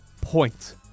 point